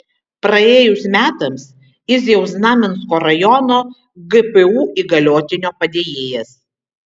praėjus metams jis jau znamensko rajono gpu įgaliotinio padėjėjas